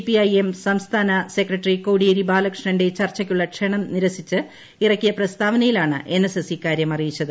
C P I M സംസ്ഥാന secretary Kodiyeri ബാലകൃഷ്ണന്റെ ചർച്ചയ്ക്കുള്ള ക്ഷണം നിരസിച്ച് ഇറക്കിയ പ്രസ്താവനയിലാണ് എൻ എസ് എസ് ഇക്കാരൃം അറിയിച്ചത്